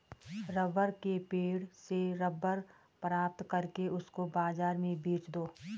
rubber के पेड़ से रबर प्राप्त करके उसको बाजार में बेच दो